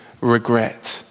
regret